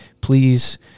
please